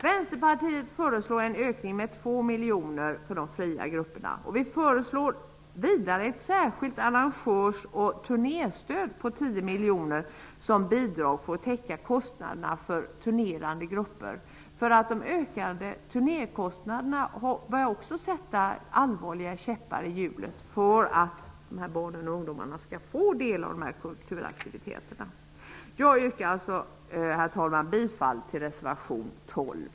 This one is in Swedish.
Vänsterpartiet föreslår en ökning med 2 miljoner för de fria grupperna. Vi föreslår vidare ett särskilt arrangörsoch turnéstöd på 10 miljoner som bidrag till att täcka kostnaderna för turnerande grupper. De ökade turnékostnaderna börjar också sätta käppar i hjulet för att dessa barn och ungdomar skall få del av dessa kulturaktiviteter. Herr talman! Jag yrkar bifall till reservation 12.